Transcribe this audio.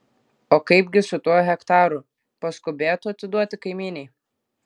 o kaipgi su tuo hektaru paskubėtu atiduoti kaimynei